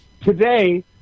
today